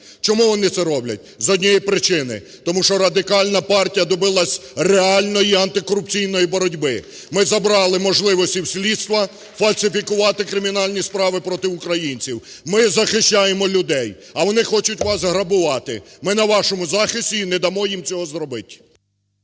Чому вони це роблять? З однієї причини – тому що Радикальна партія добилась реальної антикорупційної боротьби! Ми забрали можливості у слідства фальсифікувати кримінальні справи проти українців! Ми захищаємо людей. А вони хочуть вас грабувати. Ми – на вашому захисті і не дамо їм цього зробить!